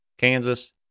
Kansas